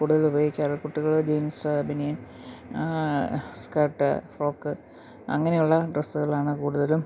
കൂടുതൽ ഉപയോഗിക്കാറ് കുട്ടികൾ ജീൻസ് ബനിയൻ സ്കേർട്ട് ഫ്രോക്ക് അങ്ങനെയുള്ള ഡ്രസ്സുകളാണ് കൂടുതലും